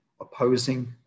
opposing